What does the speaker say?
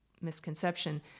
misconception